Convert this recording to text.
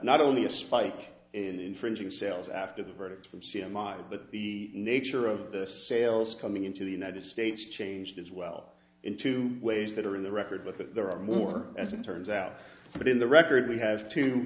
not only a spike in infringing sales after the verdict from c m i but the nature of the sales coming into the united states changed as well in two ways that are in the record but that there are more as it turns out but in the record we have t